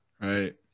Right